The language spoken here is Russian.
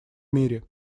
мире